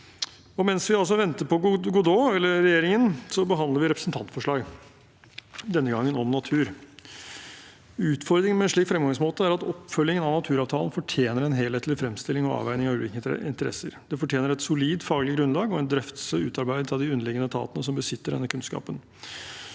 Godot, eller regjeringen, behandler vi representantforslag, denne gangen om natur. Utfordringen med en slik fremgangsmåte er at oppfølgingen av naturavtalen fortjener en helhetlig fremstilling og avveining av ulike interesser. Den fortjener et solid faglig grunnlag og en drøftelse utarbeidet av de underliggende etatene som besitter denne kunnskapen.